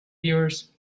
yours